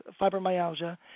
fibromyalgia